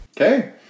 Okay